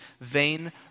vain